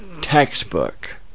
textbook